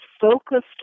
focused